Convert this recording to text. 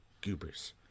goobers